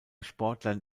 sportlern